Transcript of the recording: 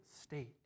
state